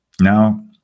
Now